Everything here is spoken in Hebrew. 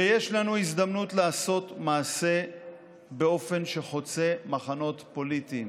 ויש לנו הזדמנות לעשות מעשה באופן שחוצה מחנות פוליטיים,